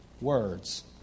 words